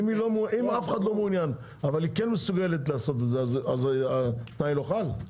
אם אף אחד לא מעוניין אבל היא כן מסוגלת לעשות את זה אז התנאי לא חל?